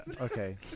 Okay